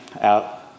out